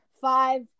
five